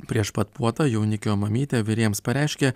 prieš pat puotą jaunikio mamytė virėjams pareiškė